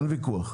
אין וויכוח.